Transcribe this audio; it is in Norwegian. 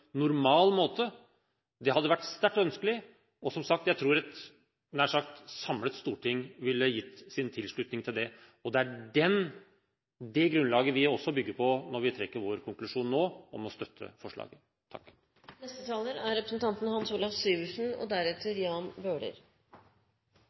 normal måte før Stortinget går fra hverandre. Det hadde vært sterkt ønskelig. Som sagt tror jeg nær sagt et samlet storting ville gitt sin tilslutning til det. Det er det grunnlaget vi bygger på når vi nå konkluderer med å ville støtte forslaget. Som jeg varslet i mitt første innlegg, er vi beredt til å støtte